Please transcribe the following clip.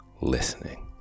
listening